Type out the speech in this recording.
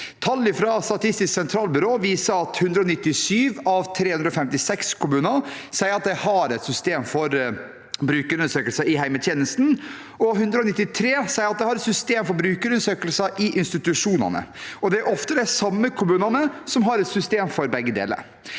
Tall fra Statistisk sentralbyrå viser at av 356 kommuner sier 197 at de har et system for brukerundersøkelser i hjemmetjenesten, og 193 sier at de har systemer for brukerundersøkelser i institusjonene. Det er ofte de samme kommunene som har et system for begge deler.